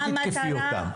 אל תתקפי אותם,